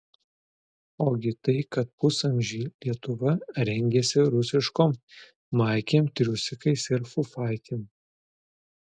ogi tai kad pusamžį lietuva rengėsi rusiškom maikėm triusikais ir fufaikėm